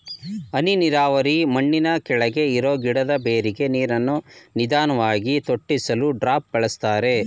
ಹನಿ ನೀರಾವರಿ ಮಣ್ಣಿನಕೆಳಗೆ ಇರೋ ಗಿಡದ ಬೇರಿಗೆ ನೀರನ್ನು ನಿಧಾನ್ವಾಗಿ ತೊಟ್ಟಿಸಲು ಡ್ರಿಪ್ ಬಳಸ್ತಾರೆ